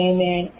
Amen